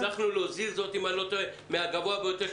הצלחנו להוזיל את הסכום מן הגבוה יותר,